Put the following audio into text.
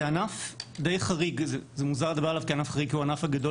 זה ענף די חריג זה מוזר לדבר עליו כענף חריג כי הוא הענף הגדול